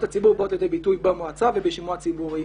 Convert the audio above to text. הציבור באות לידי ביטוי במועצה ובשימוע ציבורי.